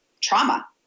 trauma